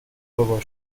بابا